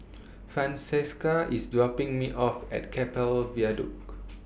Francesca IS dropping Me off At Keppel Viaduct